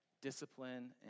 discipline